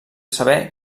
saber